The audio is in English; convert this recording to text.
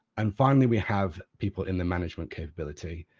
um finally, we have people in the management capability,